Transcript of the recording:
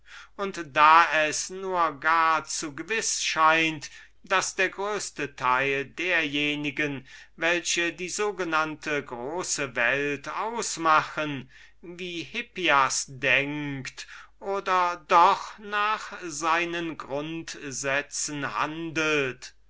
und da es mehr als zu gewiß ist daß der größeste teil derjenigen welche die große welt ausmachen wie hippias denkt oder doch nach seinen grundsätzen handelt